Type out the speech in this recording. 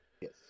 Yes